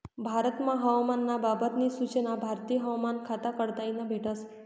भारतमा हवामान ना बाबत नी सूचना भारतीय हवामान खाता कडताईन भेटस